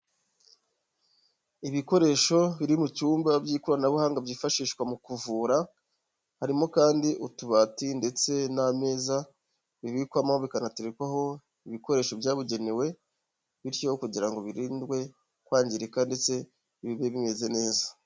Ibikoresho biri mu cyumba by'ikoranabuhanga byifashishwa mu kuvura, harimo kandi utubati ndetse n'ameza bibikwamo bikanaterekwaho ibikoresho byabugenewe, bityo kugira ngo birindwe kwangirika ndetse bibe bimeze neza.